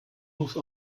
muss